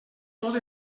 tot